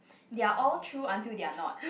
they're all true until they're not